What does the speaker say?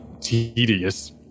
tedious